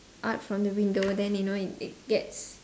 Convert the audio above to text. out from the window then you know it it gets